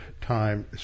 time